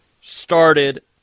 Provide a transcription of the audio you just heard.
started